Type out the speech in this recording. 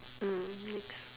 ah next